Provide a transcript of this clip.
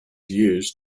used